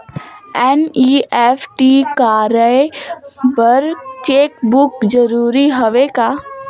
NEFT कराय बर cheque book जरूरी हवय का?